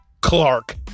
Clark